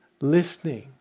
listening